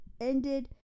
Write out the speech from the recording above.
ended